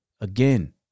again